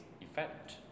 effect